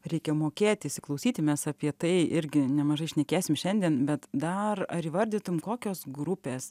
reikia mokėti įsiklausyti mes apie tai irgi nemažai šnekėsim šiandien bet dar ar įvardytum kokios grupės